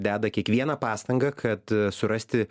deda kiekvieną pastangą kad surasti